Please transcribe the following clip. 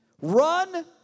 Run